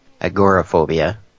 agoraphobia